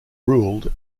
ruled